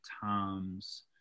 times